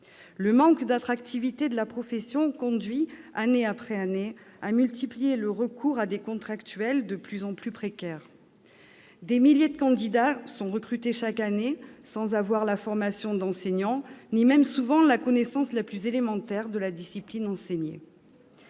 Le manque d'attractivité de la profession conduit, année après année, à multiplier le recours à des contractuels de plus en plus précaires. Par ailleurs, des milliers de candidats sont recrutés chaque année sans avoir la formation d'enseignant, ni même, souvent, la connaissance la plus élémentaire de la discipline enseignée.